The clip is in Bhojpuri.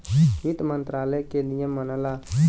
वित्त मंत्रालय के नियम मनला